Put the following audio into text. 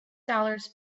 dollars